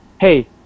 hey